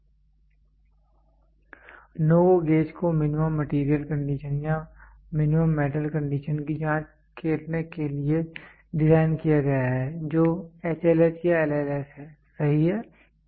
NO GO gauge को minimum material condition या minimum metal condition की जांच करने के लिए डिज़ाइन किया गया है जो HLH या LLS है सही है